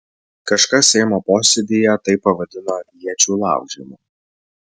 kažkas seimo posėdyje tai pavadino iečių laužymu